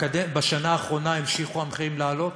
בשנה האחרונה המשיכו המחירים לעלות,